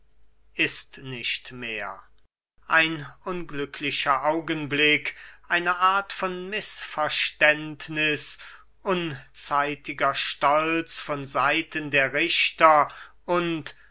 ist nicht mehr ein unglücklicher augenblick eine art von mißverständniß unzeitiger stolz von seiten der richter und